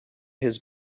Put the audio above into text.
his